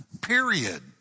period